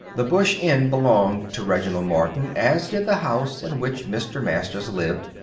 the bush inn belonged to reginald morton, as did the house in which mr. masters lived,